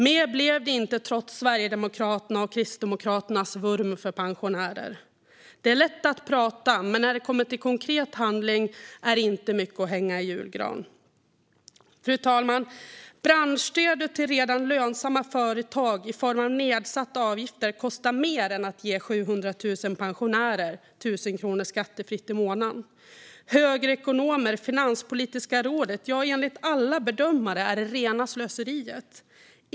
Mer blev det inte, trots Sverigedemokraternas och Kristdemokraternas vurm för pensionärer. Det är lätt att prata, men när det kommer till konkret handling är det inte mycket att hänga i julgran. Fru talman! Branschstödet till redan lönsamma företag i form av nedsatta avgifter kostar mer än att ge 700 000 pensionärer 1 000 kronor skattefritt i månaden. Enligt högerekonomer och Finanspolitiska rådet - ja, enligt alla bedömare - är det rena slöseriet.